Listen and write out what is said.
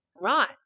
Right